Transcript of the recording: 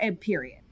period